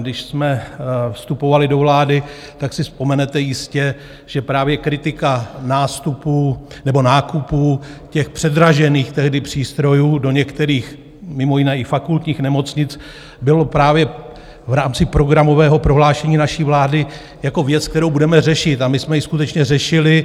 Když jsme vstupovali do vlády, tak si vzpomenete jistě, že právě kritika nákupů předražených tehdy přístrojů do některých, mimo jiné i fakultních nemocnic byla právě v rámci programového prohlášení naší vlády jako věc, kterou budeme řešit, a my jsme ji skutečně řešili.